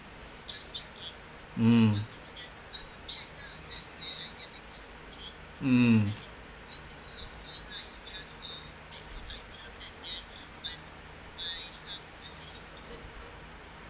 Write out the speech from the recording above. mm